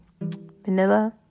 vanilla